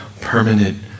permanent